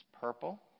purple